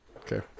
Okay